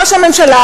ראש הממשלה,